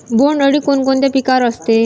बोंडअळी कोणकोणत्या पिकावर असते?